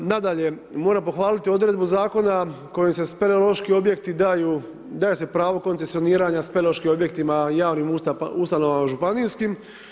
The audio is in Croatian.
Nadalje, moram pohvaliti odredbu zakona, koji se speleološki objekti daju, daju se pravo koncesijoniranja speleološkim objektima ii javnim ustanovama, županijskim.